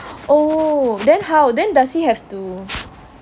oh then how then does he have to